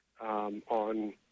on